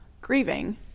grieving